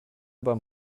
beim